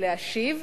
ולהשיב.